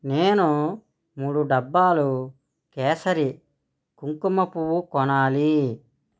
నేను మూడు డబ్బాలు కేసరి కుంకుమ పువ్వు కొనాలి